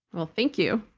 well, thank you.